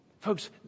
Folks